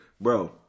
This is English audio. Bro